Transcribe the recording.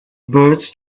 birds